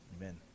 Amen